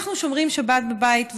אנחנו שומרים שבת בבית.